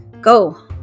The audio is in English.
Go